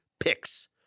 picks